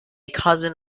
cousin